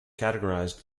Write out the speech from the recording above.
categorized